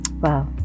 Wow